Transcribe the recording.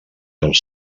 els